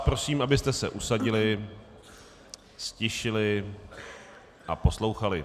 Prosím vás, abyste se usadili, ztišili a poslouchali.